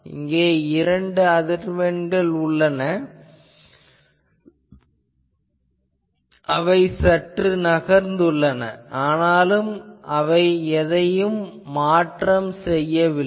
இங்கே இந்த இரண்டு அதிர்வெண்களும் சற்று நகர்ந்துள்ளன ஆனால் அது எதையும் மாற்றவில்லை